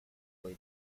away